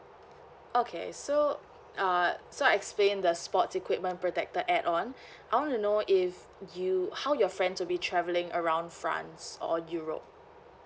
okay so uh so I explain the sports equipment protector add on I want to know if you how your friends will be travelling around france or europe